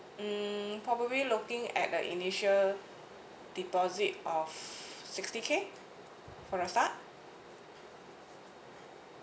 hmm probably looking at a initial deposit of sixty K for the start